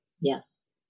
Yes